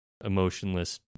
emotionless